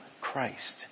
Christ